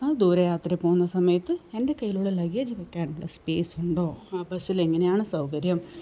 അ ദൂര യാത്ര പോകുന്ന സമയത്ത് എൻ്റെ കയ്യിലുള്ള ലഗേജ് വെക്കാനുള്ള സ്പേസുണ്ടോ ആ ബസ്സിലെങ്ങനെയാണ് സൗകര്യം